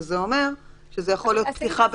שזה יכול להיות פתיחה בתנאים.